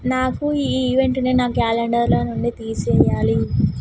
నాకు ఈ ఈవెంట్ను నా క్యాలెండర్లో నుండి తీసేయాలి